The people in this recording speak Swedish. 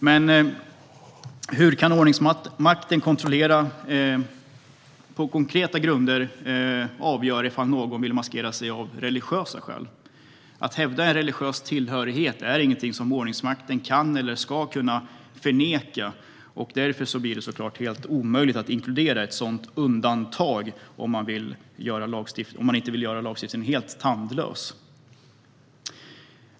Men hur kan ordningsmakten på konkreta grunder avgöra om någon vill maskera sig av religiösa skäl? En religiös tillhörighet är inget som ordningsmakten kan eller ska förneka, och därför blir det omöjligt att inkludera ett sådant undantag, om man inte vill göra lagstiftningen helt tandlös.